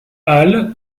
halle